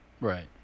Right